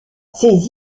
ces